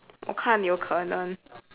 我看有可能